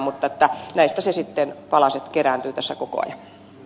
mutta näistä ne palaset kerääntyvät koko ajan